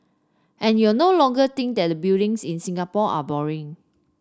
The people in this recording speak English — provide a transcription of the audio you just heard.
and you no longer think that the buildings in Singapore are boring